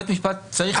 בית המשפט צריך לדעת.